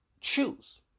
choose